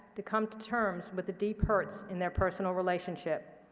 to come to terms with the deep hurts in their personal relationship.